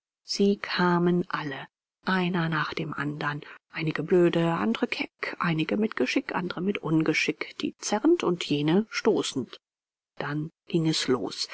sie kamen alle einer nach dem andern einige blöde andere keck einige mit geschick andere mit ungeschick die zerrend und jene stoßend dann ging es los